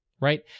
right